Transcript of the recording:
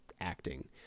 acting